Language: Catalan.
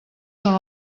són